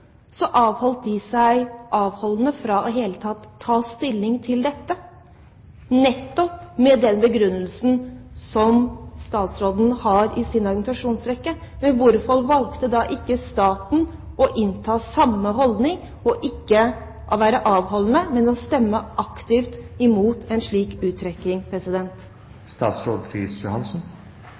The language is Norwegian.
avholdt de seg fra i det hele tatt å ta stilling til dette, nettopp med den begrunnelsen som statsråden har i sin argumentasjonsrekke. Men hvorfor valgte ikke staten da å innta samme holdning og avholde seg fra å stemme, men valgte istedenfor å stemme aktivt imot en slik uttrekking?